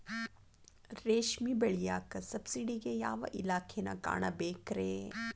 ರೇಷ್ಮಿ ಬೆಳಿಯಾಕ ಸಬ್ಸಿಡಿಗೆ ಯಾವ ಇಲಾಖೆನ ಕಾಣಬೇಕ್ರೇ?